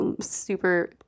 super